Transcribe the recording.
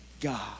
God